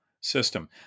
system